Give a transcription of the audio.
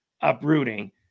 uprooting